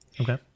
Okay